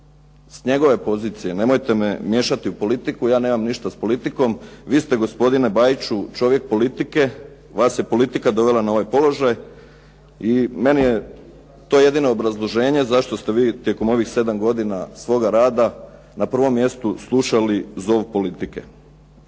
s njegove pozicije. Nemojte me miješati u politiku, ja nemam ništa s politikom. Vi ste gospodine Bajiću čovjek politike, vas je politika dovela na ovaj položaj i meni je to jedino obrazloženje zašto ste vi tijekom ovih sedam godina svoga rada na prvom mjestu slušali zov politike.